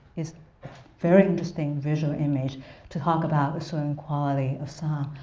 it's a very interesting visual image to talk about a certain quality of sound.